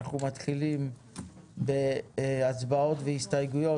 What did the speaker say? הבוקר אנחנו מתחילים בהצבעות והסתייגויות